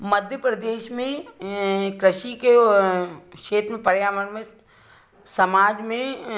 मध्य प्रदेश में कृषि के क्षेत्र पर्यावरण में समाज में